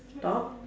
top